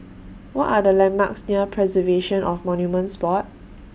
What Are The landmarks near Preservation of Monuments Board